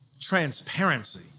transparency